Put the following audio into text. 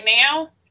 now